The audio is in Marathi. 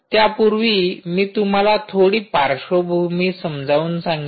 त्यापूर्वी मी तुम्हाला थोडी पार्श्वभूमी समजावून सांगेन